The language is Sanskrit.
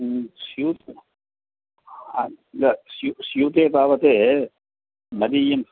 स्यूतं न स्यू स्यूते तावत् मदीयम्